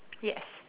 yes